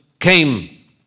came